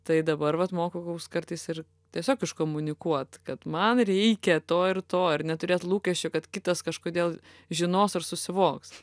tai dabar vat mokakaus kartais ir tiesiog iškomunikuot kad man reikia to ir to ir neturėt lūkesčio kad kitas kažkodėl žinos ar susivoks